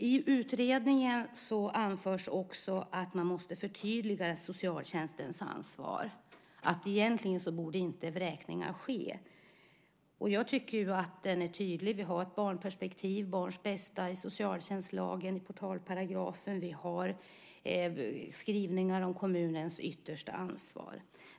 I utredningen anförs också att man måste förtydliga socialtjänstens ansvar och att vräkningar egentligen inte borde ske. Jag tycker att den är tydlig. Vi har ett barnperspektiv - barns bästa - i socialtjänstlagens portalparagraf, och vi har skrivningar om kommunens yttersta ansvar.